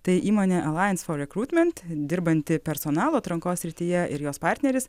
tai įmonė alliance for recruitment dirbanti personalo atrankos srityje ir jos partneris